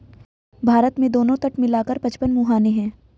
भारत में दोनों तट मिला कर पचपन मुहाने हैं